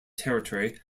territory